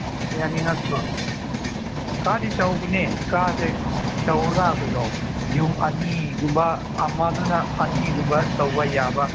ꯃꯤ ꯑꯅꯤ ꯅꯠꯇ꯭ꯔꯣ ꯀꯥꯗ ꯆꯥꯎꯕꯅꯦ ꯀꯥꯁꯦ ꯆꯥꯎꯔ ꯀꯩꯅꯣ ꯌꯨꯝ ꯑꯅꯤꯒꯨꯝꯕ ꯑꯃꯗꯨꯅ ꯑꯅꯤꯒꯨꯝꯕ ꯇꯧꯕ ꯌꯥꯕ